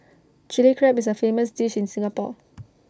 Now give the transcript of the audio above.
Chilli Crab is A famous dish in Singapore